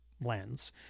lens